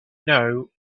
know